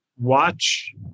watch